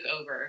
over